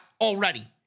already